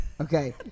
Okay